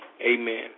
Amen